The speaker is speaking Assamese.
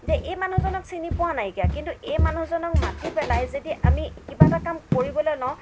এই মানুহজনক আমি চিনি পোৱা নাইকিয়া কিন্তু এই মানুহজনক মাতি পেলাই যদি আমি কিবা এটা কাম কৰিবলৈ লওঁ